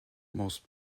most